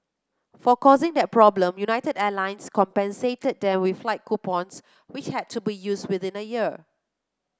for causing that problem United Airlines compensated them with flight coupons which had to be used within a year